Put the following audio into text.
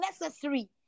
necessary